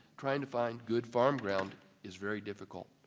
trying to find good farm ground is very difficult.